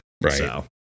Right